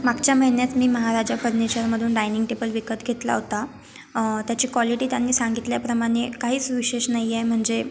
मागच्या महिन्यात मी महाराजा फर्निचरमधून डायनिंग टेबल विकत घेतला होता त्याची कॉलिटी त्यांनी सांगितल्याप्रमाणे काहीच विशेष नाही आहे म्हणजे